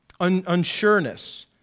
unsureness